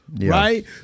Right